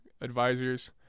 advisors